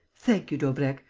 thank you, daubrecq.